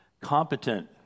competent